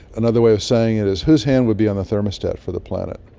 another way of saying it is whose hand would be on the thermostat for the planet?